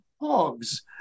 hogs